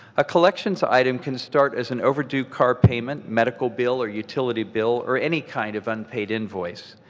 a collections item can start as an overdue car payment, medical bill or utility bill, or any kind of unpaid invoice.